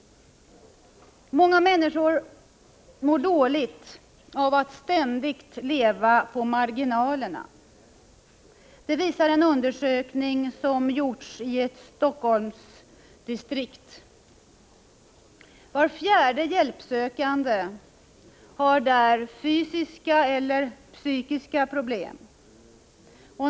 Många människor mår dåligt av att ständigt leva på marginalerna. Det visar en undersökning som gjorts i ett stockholmsdistrikt. Var fjärde hjälpsökande har där fysiska eller psykiska problem.